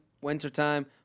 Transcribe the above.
wintertime